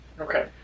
Okay